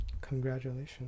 Congratulations